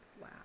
wow